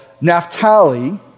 Naphtali